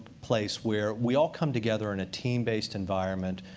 place where we all come together in a team-based environment,